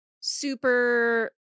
super